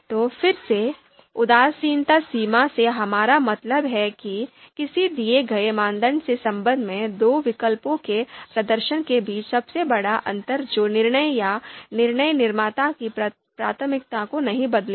तो फिर से उदासीनता सीमा से हमारा मतलब है कि किसी दिए गए मानदंड के संबंध में दो विकल्पों के प्रदर्शन के बीच सबसे बड़ा अंतर जो निर्णय या निर्णय निर्माता की प्राथमिकता को नहीं बदलेगा